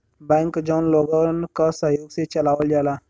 bank जौन लोगन क सहयोग से चलावल जाला